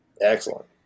Excellent